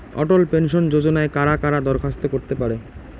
অটল pension যোজনায় কারা কারা দরখাস্ত করতে পারে?